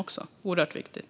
Det är oerhört viktigt.